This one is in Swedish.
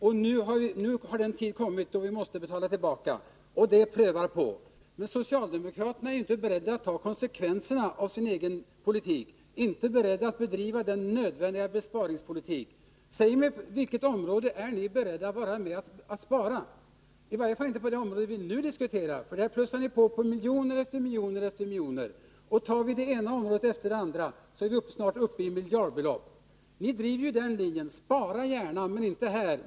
Nu har den tid kommit då vi måste betala tillbaka, och det frestar på. Men socialdemokraterna är inte beredda att ta konsekvenserna av sin egen politik. Ni är inte beredda att bedriva en nödvändig besparingspolitik. Säg mig var ni är beredda att spara! Det är i varje fall inte på det område vi nu diskuterar, för där plussar ni på med miljon efter miljon. Tar vi det ena området efter det andra, är vi snart uppe i miljardbelopp. Ni driver ju linjen: Spara gärna, men inte här.